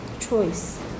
choice